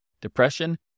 depression